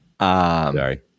Sorry